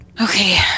Okay